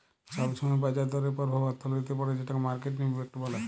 ছব ছময় বাজার দরের পরভাব অথ্থলিতিতে পড়ে যেটকে মার্কেট ইম্প্যাক্ট ব্যলে